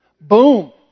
Boom